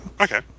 okay